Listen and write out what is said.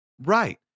Right